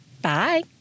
Bye